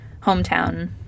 hometown